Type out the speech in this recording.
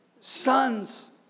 sons